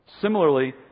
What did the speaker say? Similarly